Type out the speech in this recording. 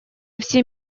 все